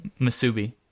masubi